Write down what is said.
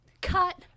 cut